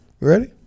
Ready